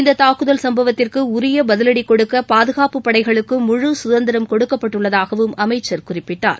இந்த தாக்குதல் சம்பவத்திற்கு உரிய பதிவடி கொடுக்க பாதுகாப்புப் படைகளுக்கு முழு சுதந்திரம் கொடுக்கப்பட்டுள்ளதாகவும் அமைச்சர் குறிப்பிட்டார்